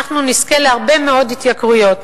אנחנו נזכה להרבה מאוד התייקרויות: